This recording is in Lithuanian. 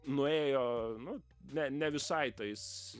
nuėjo nu ne ne visai tais